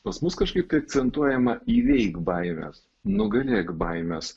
pas mus kažkaip akcentuojama įveik baimes nugalėk baimes